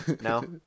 No